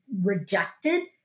rejected